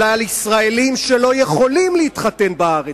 אלא על ישראלים שלא יכולים להתחתן בארץ.